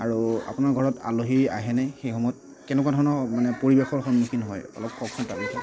আৰু আপোনাৰ ঘৰত আলহী আহে নে সেইসময়ত কেনেকুৱা ধৰণৰ মানে পৰিবেশৰ সন্মুখীন হয় অলপ কওকচোন তাৰ বিষয়ে